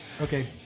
Okay